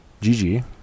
Gigi